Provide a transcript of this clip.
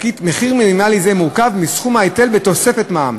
ולכן, יש לי דילמה מאוד קשה עם החקיקה הזאת.